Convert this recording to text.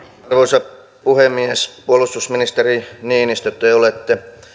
arvoisa puhemies puolustusministeri niinistö te olette